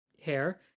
hair